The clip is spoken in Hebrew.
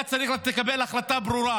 היה צריך לקבל החלטה ברורה